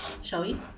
shall we